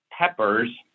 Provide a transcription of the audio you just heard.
peppers